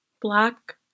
black